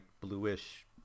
bluish